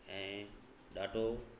ऐं ॾाढो